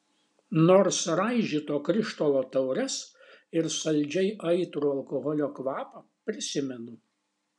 nors raižyto krištolo taures ir saldžiai aitrų alkoholio kvapą prisimenu